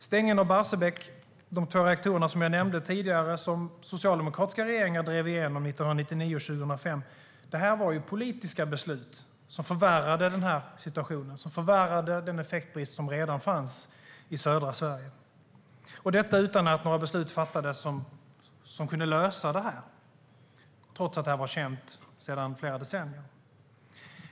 Stängningen av de två reaktorerna i Barsebäck, som jag nämnde tidigare, drevs igenom av socialdemokratiska regeringar 1999 och 2005. Det var politiska beslut som förvärrade situationen och den effektbrist som redan fanns i södra Sverige. Det skedde utan att några beslut fattades som kunde lösa problemet, trots att det varit känt i flera decennier.